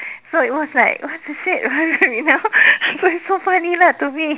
so it was like what the shit what happening now it's like so funny lah to me